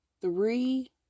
three